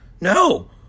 No